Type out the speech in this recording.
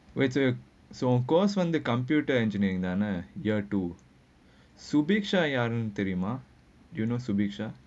wait uh so course one the computer engineering year two so which subisha யாரேனும் தெரியுமா:yaaraenum theriyummaa you know subisha